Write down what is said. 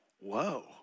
whoa